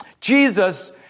Jesus